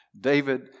David